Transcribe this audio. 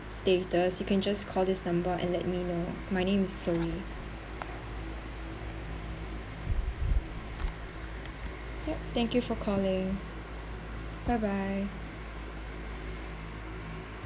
status you can just call this number and let me know my name is chloe yup thank you for calling bye bye